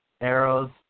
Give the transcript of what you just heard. arrows